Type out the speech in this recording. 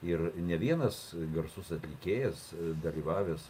ir ne vienas garsus atlikėjas dalyvavęs